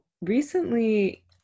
recently